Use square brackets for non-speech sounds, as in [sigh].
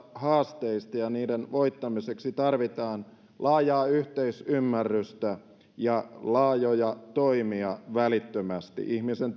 haasteista ja niiden voittamiseksi tarvitaan laajaa yhteisymmärrystä ja laajoja toimia välittömästi ihmisen [unintelligible]